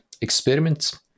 Experiments